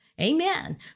Amen